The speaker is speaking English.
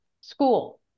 school